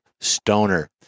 Stoner